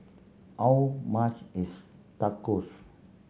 how much is Tacos